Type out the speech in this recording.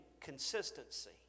consistency